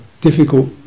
difficult